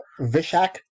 Vishak